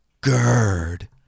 GERD